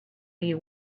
you